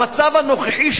המצב הנוכחי,